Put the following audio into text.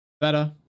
Better